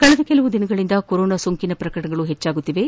ಕಳೆದ ಕೆಲವು ದಿನಗಳಿಂದ ಕೊರೋನಾ ಸೋಂಕಿನ ಪ್ರಕರಣಗಳು ಹೆಚ್ಚುತ್ತಿವೆ